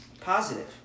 positive